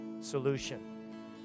solution